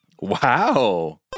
wow